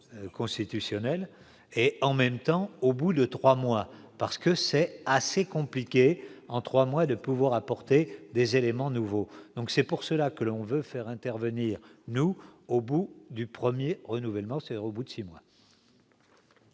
constitutionnel et en même temps, au bout de 3 mois parce que c'est assez compliqué en 3 mois de pouvoir apporter des éléments nouveaux, donc c'est pour cela que l'on veut faire intervenir nous au bout du 1er renouvellement c'est au bout de 6 mois.